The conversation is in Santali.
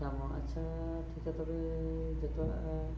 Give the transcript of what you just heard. ᱥᱟᱢᱚ ᱟᱪᱪᱷᱟ ᱴᱷᱤᱠᱟ ᱛᱚᱵᱮ ᱡᱚᱛᱚᱣᱟᱜ